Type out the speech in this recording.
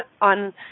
on